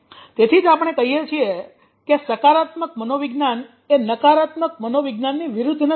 તેથી જ આપણે કહીએ છીએ કે સકારાત્મક મનોવિજ્ઞાન એ નકારાત્મક મનોવિજ્ઞાનની વિરુદ્ધ નથી